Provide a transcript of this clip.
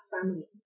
family